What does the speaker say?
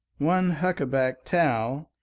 one huckaback towel,